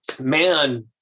man